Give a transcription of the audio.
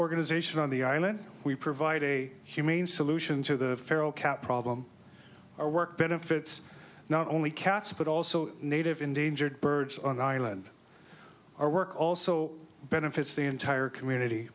organization on the island we provide a humane solution to the feral cat problem our work benefits not only cats but also native endangered birds on the island our work also benefits the entire community